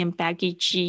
baggage